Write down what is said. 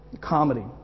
Comedy